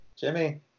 jimmy